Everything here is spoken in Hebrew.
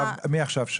מעכשיו שקט.